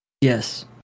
Yes